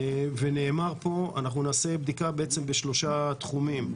נאמר פה, אנחנו נעשה בדיקה בשלושה תחומים.